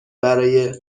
برای